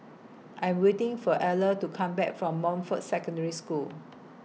I Am waiting For Eller to Come Back from Montfort Secondary School